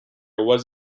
was